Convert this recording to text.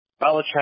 Belichick